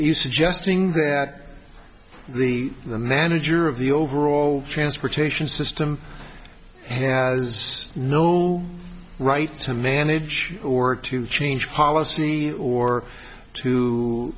you suggesting that the manager of the overall transportation system has no right to manage or to change policy or to